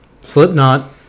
Slipknot